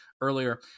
earlier